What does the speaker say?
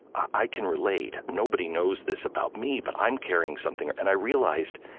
i can relate. nobody knows this about me, but i'm carrying something. and i realized,